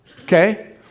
Okay